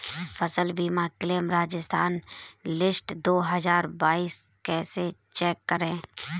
फसल बीमा claim Rajasthan list दो हज़ार बाईस कैसे चेक करें?